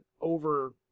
over